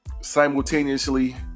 simultaneously